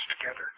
together